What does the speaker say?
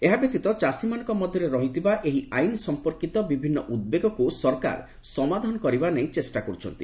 ଏହା ବ୍ୟତୀତ ଚାଷୀମାନଙ୍କ ମଧ୍ୟରେ ରହିଥିବା ଏହି ଆଇନ୍ ସମ୍ପର୍କୀତ ବିଭିନ୍ନ ଉଦ୍ବେଗକୁ ସରକାର ସମାଧାନ କରିବା ନେଇ ଚେଷ୍ଟା କରୁଛନ୍ତି